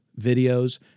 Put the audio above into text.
videos